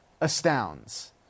astounds